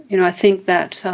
you know i think that